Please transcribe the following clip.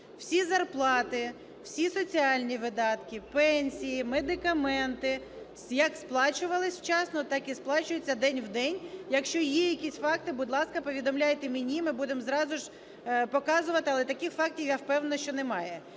Всі зарплати, всі соціальні видатки, пенсії, медикаменти, як сплачувались вчасно, так і сплачуються день в день. Якщо є якісь факти, будь ласка, повідомляйте мені, ми будемо зразу ж показувати. Але таких фактів, я впевнена, що немає.